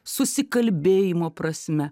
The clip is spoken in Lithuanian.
susikalbėjimo prasme